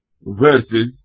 verses